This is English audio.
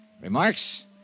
Remarks